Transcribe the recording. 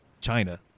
China